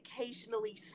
occasionally